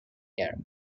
year